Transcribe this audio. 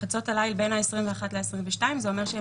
חצות הליל בין ה-21 ל-22 בדצמבר.